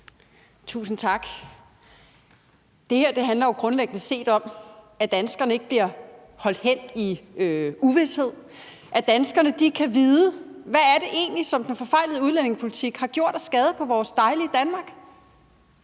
Tusind tak. Det her handler jo grundlæggende set om, at danskerne ikke bliver holdt hen i uvished, og at danskerne kan vide, hvad det egentlig er, den forfejlede udlændingepolitik har gjort af skade på vores dejlige Danmark.